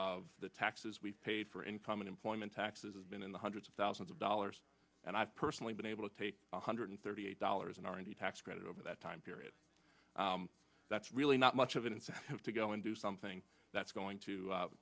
of the taxes we've paid for in common employment taxes has been in the hundreds of thousands of dollars and i've personally been able to take one hundred thirty eight dollars an hour and a tax credit over that time period that's really not much of an incentive to go and do something that's going to